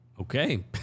Okay